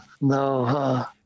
no